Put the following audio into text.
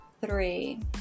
Three